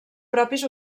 propis